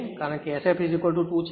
કારણ કે Sf2 છે